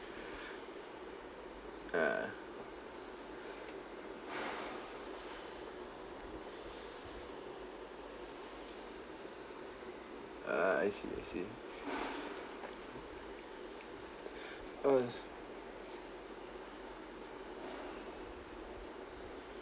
ah ah I see I see uh